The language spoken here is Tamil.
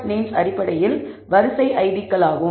names அடிப்படையில் வரிசை ids ஐடி களாகும்